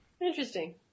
Interesting